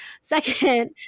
Second